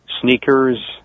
sneakers